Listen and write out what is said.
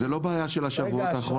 זו לא בעיה של השבועות האחרונים.